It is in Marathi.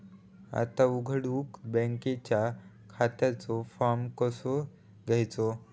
खाता उघडुक बँकेच्या खात्याचो फार्म कसो घ्यायचो?